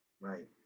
Right